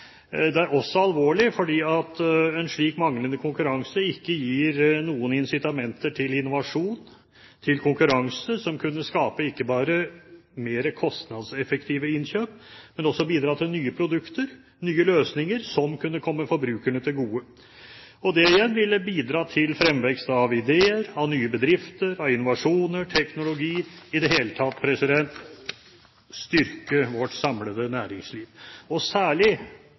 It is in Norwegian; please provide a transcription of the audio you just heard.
Det er også alvorlig fordi en slik manglende konkurranse ikke gir noen incitamenter til innovasjon, til konkurranse som kunne skape ikke bare mer kostnadseffektive innkjøp, men også bidra til nye produkter, nye løsninger, som kunne komme forbrukerne til gode. Det igjen ville bidra til fremvekst av ideer, av nye bedrifter, av innovasjon, teknologi – i det hele tatt styrke vårt samlede næringsliv. Særlig